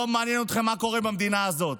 לא מעניין אתכם מה קורה במדינה הזאת.